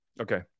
okay